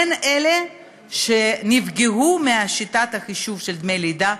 הן אלה שנפגעו משיטת החישוב הקודמת של דמי לידה.